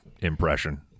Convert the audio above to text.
impression